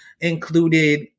included